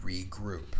regroup